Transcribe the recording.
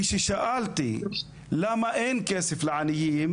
כששאלתי למה אין כסף לעניים,